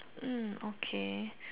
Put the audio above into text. mm okay